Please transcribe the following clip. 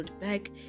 back